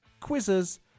quizzes